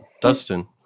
Dustin